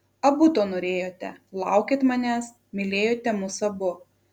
abu to norėjote laukėt manęs mylėjote mus abu